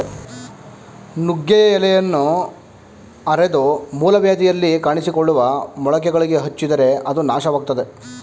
ನುಗ್ಗೆಯ ಎಲೆಯನ್ನ ಅರೆದು ಮೂಲವ್ಯಾಧಿಯಲ್ಲಿ ಕಾಣಿಸಿಕೊಳ್ಳುವ ಮೊಳಕೆಗಳಿಗೆ ಹಚ್ಚಿದರೆ ಅದು ನಾಶವಾಗ್ತದೆ